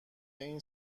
این